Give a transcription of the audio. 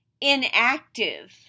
inactive